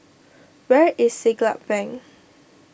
where is Siglap Bank